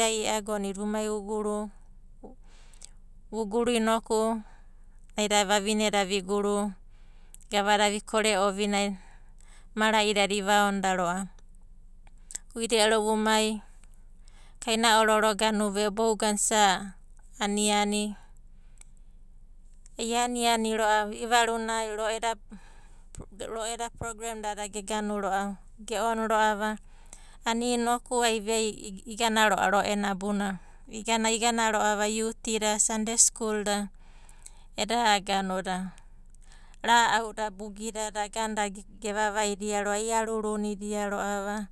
ai i'agonidia umai uguru. Vuguru inoku naida vavineda viguru, gavada vikore ovinai. Mara'idada ivaonoda ro'ava uida ero vumai, kaina ororo ve'o bouganai isa aniani. Ianiani ro'ava i'ivaruna eda ro'eda program dada ge oni ro'ava, ani noku a'ana ai igana ro'ava ro'ena abunana. Igana, igana ro'a iutida, sandei skul da eda eda ra'auda bugidada gevevaidia ro'ava, iarurunida ro'ava.